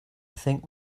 think